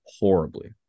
horribly